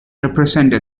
represented